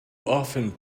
often